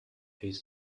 his